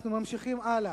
אנחנו ממשיכים הלאה.